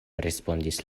respondis